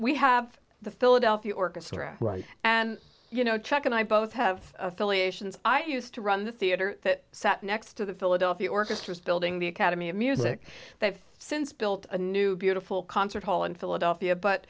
we have the philadelphia orchestra right and you know chuck and i both have affiliations i used to run the theater that sat next to the philadelphia orchestra building the academy of music they've since built a new beautiful concert hall in philadelphia